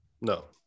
No